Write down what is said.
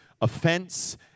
offense